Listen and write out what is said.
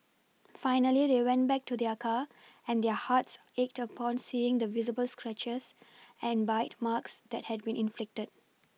finally they went back to their car and their hearts ached upon seeing the visible scratches and bite marks that had been inflicted